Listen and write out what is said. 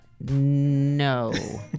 no